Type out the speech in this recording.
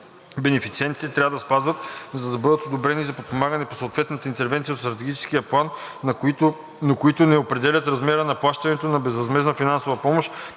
бенефициентите трябва да спазват, за да бъдат одобрени за подпомагане по съответната интервенция от Стратегическия план, но които не определят размера на плащането на безвъзмездна финансова помощ,